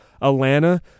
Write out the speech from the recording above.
Atlanta